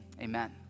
amen